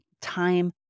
time